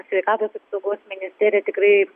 sveikatos apsaugos ministerija tikrai